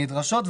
הנדרשות,